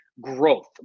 growth